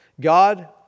God